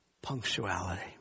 punctuality